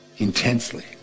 Intensely